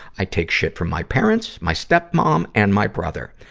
i take shit from my parents, my stepmom, um and my brother.